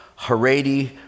Haredi